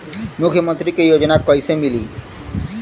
मुख्यमंत्री के योजना कइसे मिली?